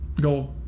go